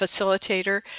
facilitator